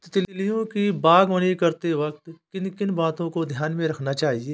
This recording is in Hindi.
तितलियों की बागवानी करते वक्त किन किन बातों को ध्यान में रखना चाहिए?